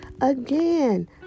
again